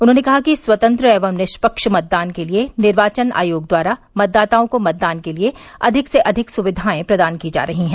उन्होंने कहा कि स्वतंत्र एवं निष्पक्ष मतदान के लिए निर्वाचन आयोग द्वारा मतदाताओं को मतदान के लिए अधिक से अधिक सुविधाएं प्रदान की जा रही हैं